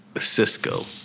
Cisco